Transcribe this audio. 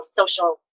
social